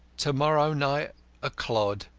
to-morrow night a clod,